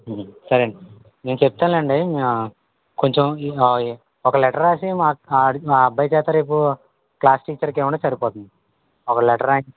సరే అండి నేను చెప్తానులేండి కొంచెం ఒక లెటర్ రాసి మా ఆ అబ్బాయి చేత రేపు క్లాస్ టీచర్కి ఇవ్వండి సరిపోతుంది ఒక లెటర్ ఇవ్వండి